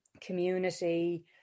community